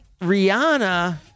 Rihanna